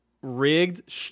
rigged